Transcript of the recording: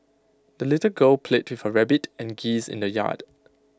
the little girl played with her rabbit and geese in the yard